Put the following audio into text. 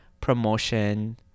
Promotion